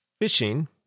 fishing